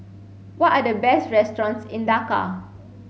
what are the best restaurants in Dhaka